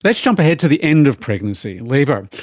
let's jump ahead to the end of pregnancy, labour.